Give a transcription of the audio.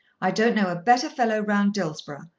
i don't know a better fellow round dillsborough,